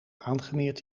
aangemeerd